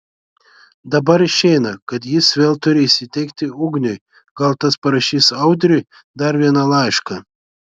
dabar išeina kad jis vėl turi įsiteikti ugniui gal tas parašys audriui dar vieną laišką